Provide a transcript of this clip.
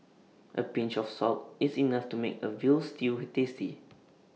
A pinch of salt is enough to make A Veal Stew tasty